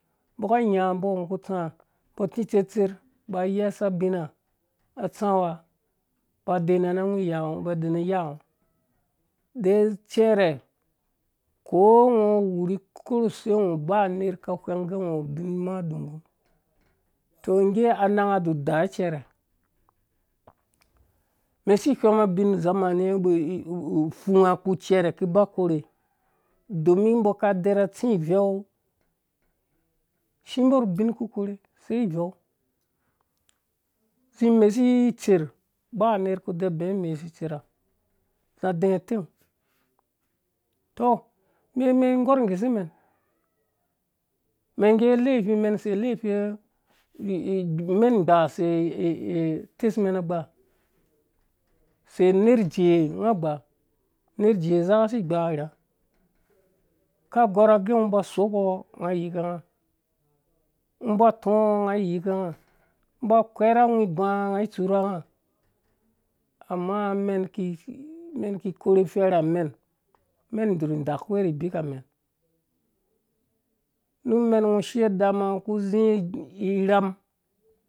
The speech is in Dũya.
Mbɔ ka nya mbɔ ngɔ ku tsa mbɔ ati tdɛtsɛrh ba ayasa abina a tsawa ba dena na awi iya ngɔ ba denani ya ngɔ de cɛrɛ ko ngo wurhi korhu se ngɔ ba nerha ka whɛng gɛ ngɔ wu ubina dungum tɔ nga ananga duda cɛrɛ men si whɛng mɛn ubin zamani wu mbi pfunga ku cɛrɛ ku ba korhe domin mbɔ ka dɛrh atsi iveu shimubi nu ubin ku korhe sei weu zi imesi itdɛrh ba nerh ku da be mesi itsɛrha za adɛɛ utang tɔ de mɛn gorh guse mɛn mɛn nge laifi mɛn se laifi mɛn igbaa se atɛsmen agba se nerh ijee ngaa gba nerh ijee saka si gbaa irak ka gɔrha agɛ ngo ba sok nga yikanga ngɔ ba utɔɔ ngɛ yoka nga ba kwerh awhi ba nga nga ai tutsurha nga amma mɛn ki korhi ifɛrha mɛn mɛn dzur dakuwe rhi bikamɛn nu mɛn ngɔ shio rru dama ngɔ ki zi irham,